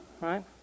Right